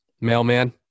Mailman